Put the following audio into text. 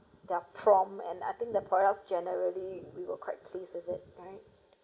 they're prone and I think the products generally we will quite pleased with it right